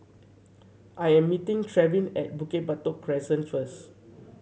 I am meeting Trevin at Bukit Batok Crescent first